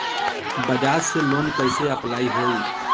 बजाज से लोन कईसे अप्लाई होई?